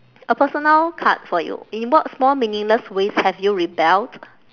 a personal card for you in what small meaningless ways have you rebelled